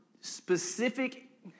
specific